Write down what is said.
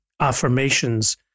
affirmations